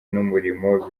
n’umurimo